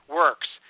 works